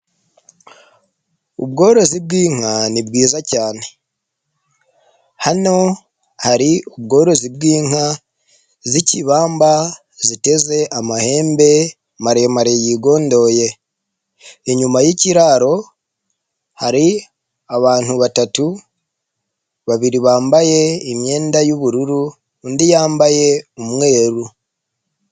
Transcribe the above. Ubworozi bw'inka ni bwiza cyane, hano hari ubworozi bw'inka z'ikibamba ziteze amahembe maremare yigondoye ,inyuma y'ikiraro hari abantu batatu babiri bambaye imyenda y'ubururu undi yambaye umweru.